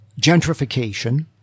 gentrification